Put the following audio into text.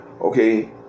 okay